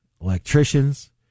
electricians